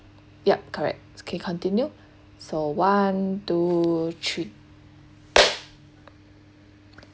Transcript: yup correct okay continue so one two three